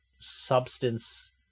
substance